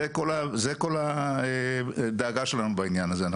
זו כל הדאגה שלנו בעניין הזה.